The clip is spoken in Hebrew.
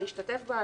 להשתתף בה,